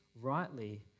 rightly